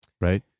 right